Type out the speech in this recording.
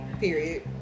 Period